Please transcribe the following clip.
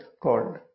called